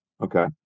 Okay